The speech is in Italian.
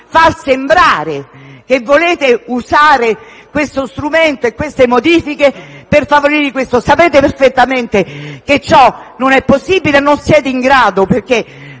far sembrare che volete usare questo strumento e queste modifiche per favorire questo, ma sapete perfettamente che ciò non è possibile, perché non siete in grado di